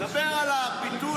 אני מדבר על הביטול.